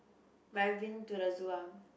but you have been to the zoo ah